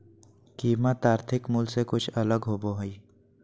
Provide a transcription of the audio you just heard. कीमत आर्थिक मूल से कुछ अलग होबो हइ